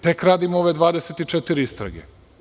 Tek radimo ove 24 istrage.